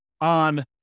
on